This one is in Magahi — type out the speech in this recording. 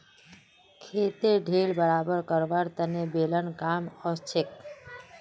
खेतेर ढेल बराबर करवार तने बेलन कामत ओसछेक